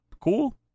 cool